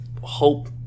hope